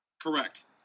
Correct